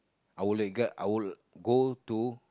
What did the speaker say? I will like go I will go to